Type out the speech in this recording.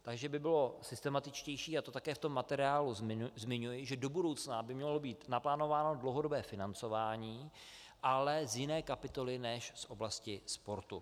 Takže by bylo systematičtější, a to také v tom materiálu zmiňuji, že do budoucna by mělo být naplánováno dlouhodobé financování, ale z jiné kapitoly než z oblasti sportu.